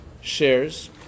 shares